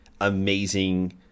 amazing